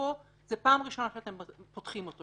ופה זו הפעם הראשונה שאתם פותחים אותו,